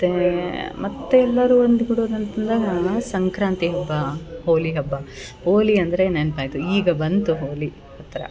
ಮತ್ತು ಮತ್ತೆಲ್ಲರು ಒಂದು ಗೂಡೋದ್ ಅಂತಂದಾಗ ಸಂಕ್ರಾಂತಿ ಹಬ್ಬ ಹೋಳಿ ಹಬ್ಬ ಹೋಳಿ ಅಂದರೆ ನೆನ್ಪು ಐತು ಈಗ ಬಂತು ಹೋಳಿ ಹತ್ತಿರ